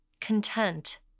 content